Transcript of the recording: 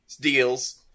deals